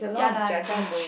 ya lah judge